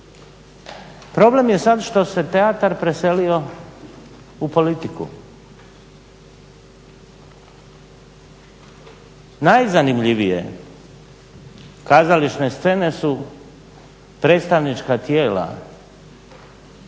Problem je sad što se teatar preselio u politiku. Najzanimljivije kazališne scene su predstavnička tijela